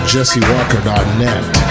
JesseWalker.net